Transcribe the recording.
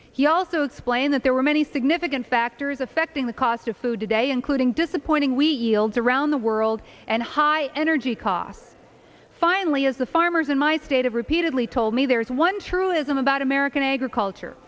he also explained that there were many significant factors affecting the cost of food today including disappointing we yield around the world and high energy costs finally as the farmers in my state of repeatedly told me there is one truism about american agriculture